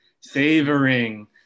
savoring